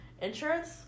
Insurance